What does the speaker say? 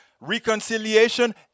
reconciliation